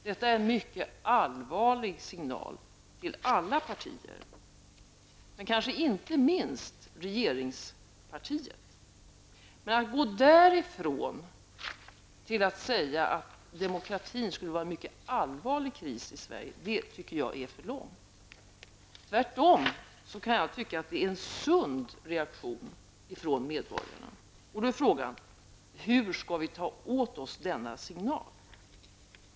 Detta är en mycket allvarlig signal till alla partier, och kanske inte minst till regeringspartiet. Men att därför säga att demokratin skulle befinna sig i en allvarlig kris i Sverige, det tycker jag är att gå för långt. Tvärtom kan jag tycka att det är en sund reaktion från medborgarna. Då är frågan: Hur skall vi ta åt oss denna signal?